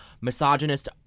misogynist